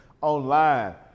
online